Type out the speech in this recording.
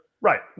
right